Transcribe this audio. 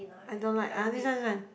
I don't like uh this one this one